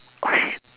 oh shit